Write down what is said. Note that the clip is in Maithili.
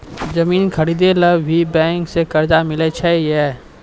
जमीन खरीदे ला भी बैंक से कर्जा मिले छै यो?